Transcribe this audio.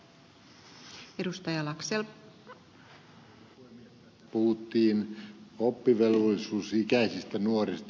tässä puhuttiin oppivelvollisuusikäisistä nuorista